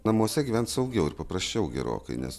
namuose gyvent saugiau ir paprasčiau gerokai nes